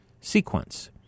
sequence